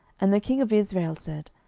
and the king of israel said,